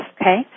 Okay